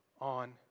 on